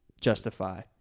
justify